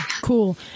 Cool